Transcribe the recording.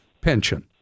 pension